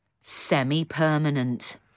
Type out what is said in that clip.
semi-permanent